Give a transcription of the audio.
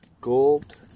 gold